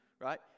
right